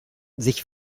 sich